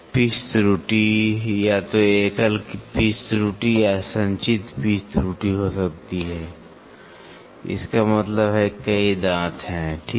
pitch त्रुटि या तो एकल पिच त्रुटि या संचित पिच त्रुटि हो सकती है इसका मतलब है कि कई दांत ठीक है